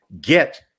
get